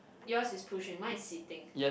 yours is pushing mine is sitting